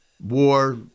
war